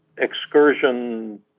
excursion